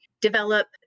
develop